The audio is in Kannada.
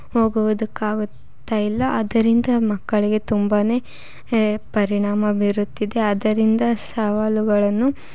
ಹೋಗೋದಕ್ಕಾಗ್ತಾಯಿಲ್ಲ ಅದರಿಂದ ಮಕ್ಕಳಿಗೆ ತುಂಬನೇ ಪರಿಣಾಮ ಬೀರುತ್ತಿದೆ ಅದರಿಂದ ಸವಾಲುಗಳನ್ನು